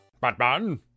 Batman